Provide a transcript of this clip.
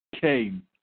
came